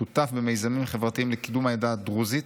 שותף במיזמים חברתיים לקידום העדה הדרוזית,